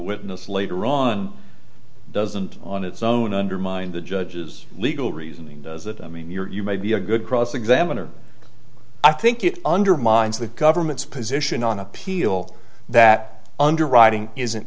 witness later on doesn't on its own undermine the judge's legal reasoning does it i mean you're maybe a good cross examiner i think it undermines the government's position on appeal that underwriting isn't